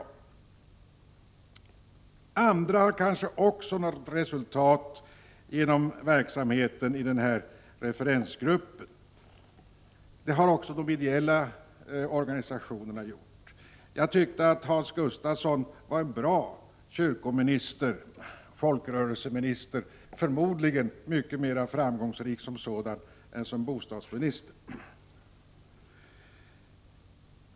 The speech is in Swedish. Även andra personer som var verksamma inom referensgruppen kan väl sägas ha medverkat till resultaten, och det gäller också de ideella organisationerna. Jag tyckte att Hans Gustafsson var en bra kyrkooch folkrörelseminister. Förmodligen var han en mycket mera framgångsrik minister då än han är nu som bostadsminister.